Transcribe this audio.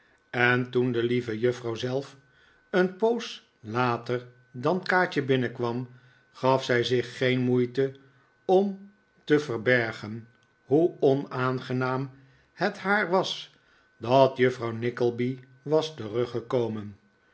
en toen de lieve juffrouw zelf een poos later dan kaatje binnenkwam gaf zij zich geen moeite om te verbergen hoe onaangenaam het haar was dat juffrouw nickleby was teruggekomen